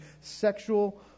sexual